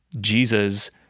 Jesus